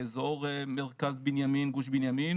באזור מרכז השומרון,